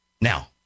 Now